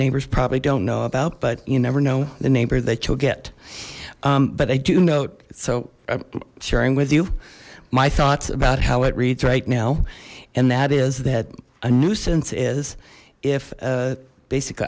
neighbors probably don't know about but you never know the neighbor that you'll get but i do note so i'm sharing with you my thoughts about how it reads right now and that is that a nuisance is if basic